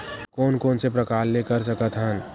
कोन कोन से प्रकार ले कर सकत हन?